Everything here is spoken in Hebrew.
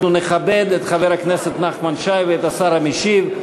אנחנו נכבד את חבר הכנסת נחמן שי ואת השר המשיב,